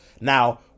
Now